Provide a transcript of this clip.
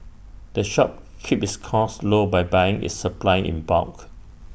the shop keeps its costs low by buying its supplies in bulk